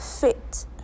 fit